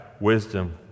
wisdom